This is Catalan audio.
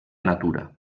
natura